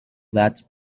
that